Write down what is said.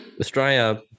Australia